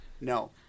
No